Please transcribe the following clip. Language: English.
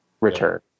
return